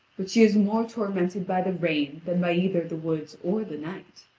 but she is more tormented by the rain than by either the woods or the night.